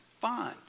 Fine